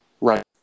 Right